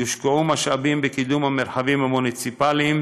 יושקעו משאבים בקידום המרחבים המוניציפליים